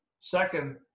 Second